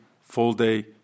full-day